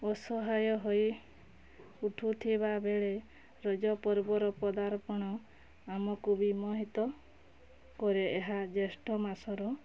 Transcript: ଅସହାୟ ହୋଇ ଉଠୁଥିବା ବେଳେ ରଜପର୍ବର ପଦାର୍ପଣ ଆମକୁ ବିମୋହିତ କରେ ଏହା ଜ୍ୟେଷ୍ଠ ମାସର